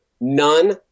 none